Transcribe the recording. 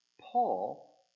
Paul